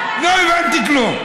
לא הבנתי כלום.